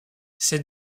ces